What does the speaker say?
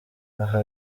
aha